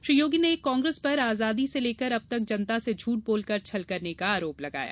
श्री योगी ने कांग्रेस पर आजादी से लेकर अब तक जनता से झूठ बोलकर छल करने का आरोप लगाया